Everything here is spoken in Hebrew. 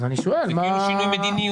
זה עניין של שינוי מדיניות.